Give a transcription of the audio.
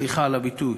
סליחה על הביטוי,